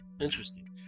Interesting